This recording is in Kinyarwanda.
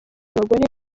abagore